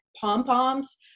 pom-poms